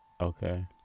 Okay